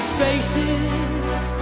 spaces